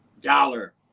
dollar